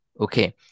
Okay